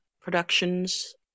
productions